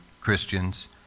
Christians